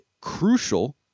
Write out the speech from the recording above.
crucial